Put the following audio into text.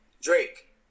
Drake